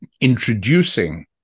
introducing